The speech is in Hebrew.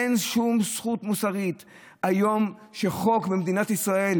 אין שום זכות מוסרית היום שחוק במדינת ישראל